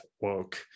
woke